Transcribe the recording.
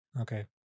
Okay